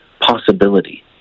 possibility